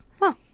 Wow